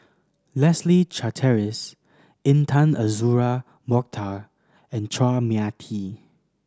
Leslie Charteris Intan Azura Mokhtar and Chua Mia Tee